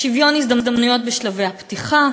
שוויון הזדמנויות בשלבי הפתיחה,